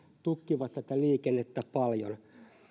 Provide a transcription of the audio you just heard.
tukkivat tätä liikennettä paljon